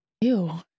Ew